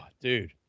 dude